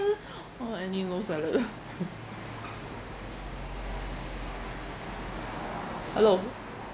call annie low salad hello